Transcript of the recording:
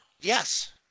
Yes